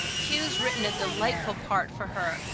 hugh's written a delightful part for her,